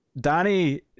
Danny